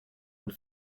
und